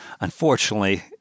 unfortunately